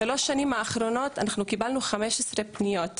בשלוש שנים האחרונות אנחנו קיבלנו 15 פניות בלבד.